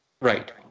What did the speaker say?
right